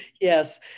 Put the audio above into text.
Yes